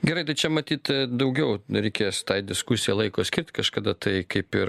gerai tai čia matyt daugiau reikės tai diskusijai laiko skirt kažkada tai kaip ir